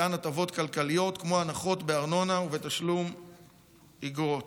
מתן הטבות כלכליות כמו הנחות בארנונה ובתשלום אגרות,